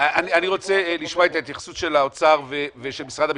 אני רוצה לשומע את התייחסויות של האוצר ושל משרד המשפטים.